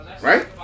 right